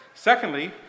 Secondly